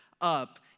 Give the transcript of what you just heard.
up